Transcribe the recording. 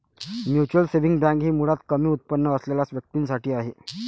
mutual saving bank ही मुळात कमी उत्पन्न असलेल्या व्यक्तीं साठी आहे